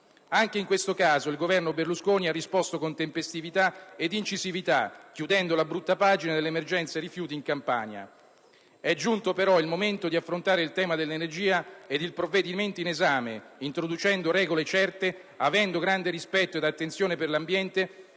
Anche in questo caso, il Governo Berlusconi ha risposto con tempestività ed incisività, chiudendo la brutta pagina dell'emergenza rifiuti in Campania. È giunto, però, il momento di affrontare il tema dell'energia ed il provvedimento in esame legifera, introducendo regole certe ed avendo grande rispetto ed attenzione per l'ambiente,